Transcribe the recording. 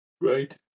right